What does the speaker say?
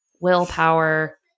willpower